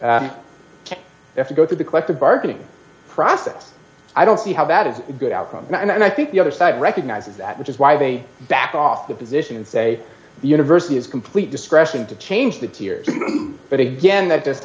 you go through the collective bargaining process i don't see how that is a good outcome and i think the other side recognizes that which is why they backed off the position and say the university is complete discretion to change the tears but again that just